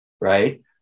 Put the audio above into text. right